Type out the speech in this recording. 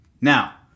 Now